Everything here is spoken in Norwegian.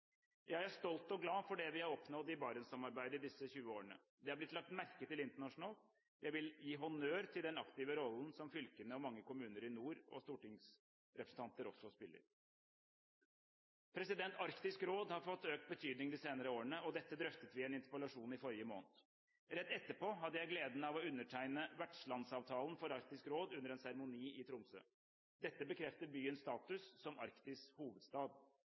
Jeg er stolt og glad for det vi har oppnådd i Barentssamarbeidet i disse 20 årene. Det har blitt lagt merke til internasjonalt. Jeg vil gi honnør til den aktive rollen som fylkene og mange kommuner i nord og stortingsrepresentanter spiller. Arktisk råd har fått økt betydning de senere årene, og dette drøftet vi i en interpellasjon i forrige måned. Rett etterpå hadde jeg gleden av å undertegne vertslandsavtalen for Arktisk råd under en seremoni i Tromsø. Dette bekrefter byens status som Arktis’ hovedstad. Avtalen inngått mellom Arktisk